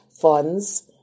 funds